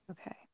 Okay